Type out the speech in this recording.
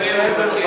אדוני היושב-ראש,